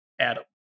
Adam